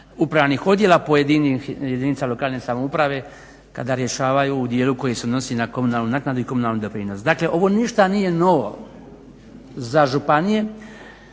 upravnih odjela pojedinih jedinica lokalne samouprave, kada rješavaju u dijelu koji se odnosi na komunalnu naknadu i komunalni doprinos. Dakle ovo ništa nije novo za županije,